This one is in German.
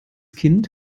kind